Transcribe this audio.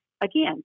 again